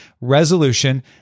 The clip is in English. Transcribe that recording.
resolution